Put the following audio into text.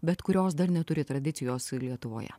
bet kurios dar neturi tradicijos lietuvoje